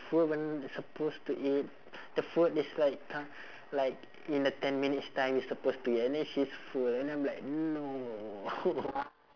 food even we supposed to eat the food is like like in the ten minutes time we supposed to eat and then she's full and then I'm like no